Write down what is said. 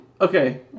okay